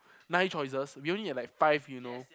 nine choices we only had like five you know